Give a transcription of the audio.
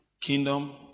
kingdom